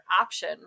option